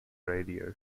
radio